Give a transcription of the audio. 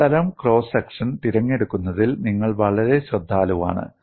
ഒരു തരം cross section തിരഞ്ഞെടുക്കുന്നതിൽ നിങ്ങൾ വളരെ ശ്രദ്ധാലുവാണ്